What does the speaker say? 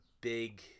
big